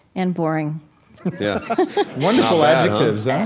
and boring yeah wonderful adjectives, yeah